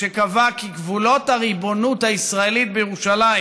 שקבע כי גבולות הריבונות הישראלית בירושלים